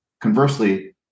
Conversely